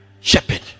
shepherd